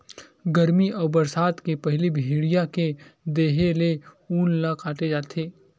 गरमी अउ बरसा के पहिली भेड़िया के देहे ले ऊन ल काटे जाथे